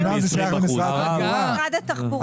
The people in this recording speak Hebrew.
נפנה למשרד התחבורה.